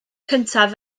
cyntaf